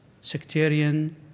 sectarian